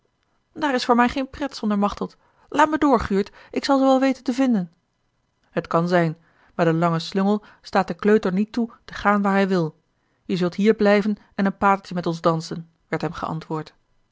daar is voor mij geen pret zonder machteld laat me door guurt ik zal ze wel weten te vinden het kan zijn maar de lange slungel staat den kleuter niet toe te gaan waar hij wil je zult hier blijven en een patertje met ons dansen werd hem geantwoord